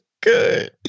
Good